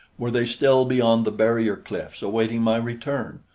were they still beyond the barrier cliffs, awaiting my return?